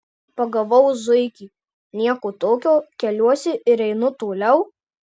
pagavau zuikį nieko tokio keliuosi ir einu toliau